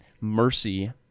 mercy